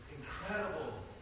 incredible